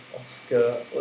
Oscar